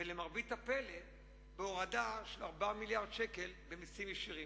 ולמרבית הפלא מהורדה של 4 מיליארדי שקלים במסים ישירים.